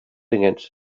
against